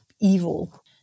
evil